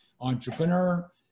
Entrepreneur